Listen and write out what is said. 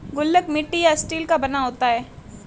गुल्लक मिट्टी या स्टील का बना होता है